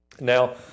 Now